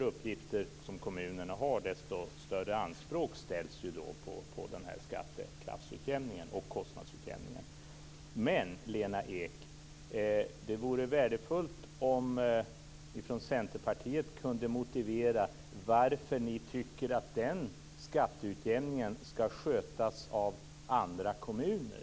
Ju fler uppgifter som kommunerna har, desto större anspråk ställs ju på skattekrafts och kostnadsutjämningen. Det vore dock, Lena Ek, värdefullt om ni från Centerpartiet kunde motivera varför ni tycker att den skatteutjämningen skall skötas av andra kommuner.